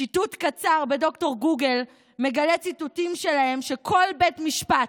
שיטוט קצר בד"ר גוגל מגלה ציטוטים שלהם שכל בית משפט,